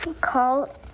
call